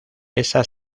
esa